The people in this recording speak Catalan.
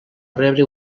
rebre